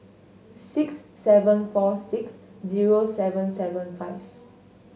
six seven four six zero seven seven five